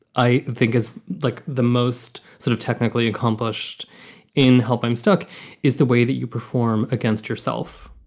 i think is like the most sort of technically accomplished in help i'm stuck is the way that you perform against yourself.